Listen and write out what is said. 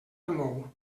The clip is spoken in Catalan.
remou